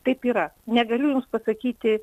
taip yra negaliu jums pasakyti